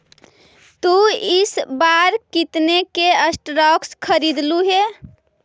तु इस बार कितने के स्टॉक्स खरीदलु हे